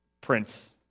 Prince